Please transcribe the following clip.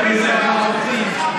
הבוס שלך אמר בטלוויזיה שזה חד-פעמי.